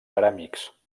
ceràmics